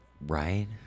Right